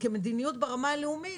כמדיניות ברמה הלאומית,